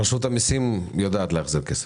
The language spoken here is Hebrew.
רשות המיסים יודעת להחזיר כסף.